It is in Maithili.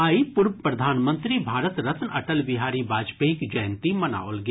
आइ पूर्व प्रधानमंत्री भारत रत्न अटल बिहारी वाजपेयीक जयंती मनाओल गेल